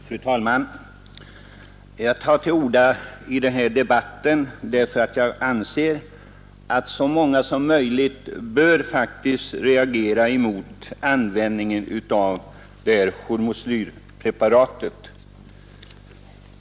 Fru talman! Jag tar till orda i denna debatt därför att jag anser att så många som möjligt bör reagera mot användningen av hormoslyrpreparaten.